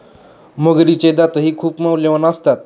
मगरीचे दातही खूप मौल्यवान असतात